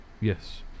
Yes